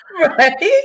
Right